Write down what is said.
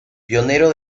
pionero